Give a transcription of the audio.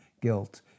guilt